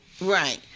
right